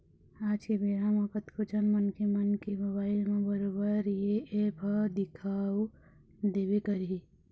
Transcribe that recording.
आज के बेरा म कतको झन मनखे मन के मोबाइल म बरोबर ये ऐप ह दिखउ देबे करही